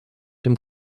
dem